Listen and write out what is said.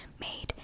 made